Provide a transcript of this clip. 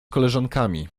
koleżankami